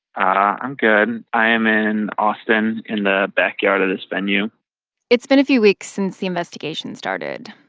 i'm good. i am in austin in the backyard of this venue it's been a few weeks since the investigation started.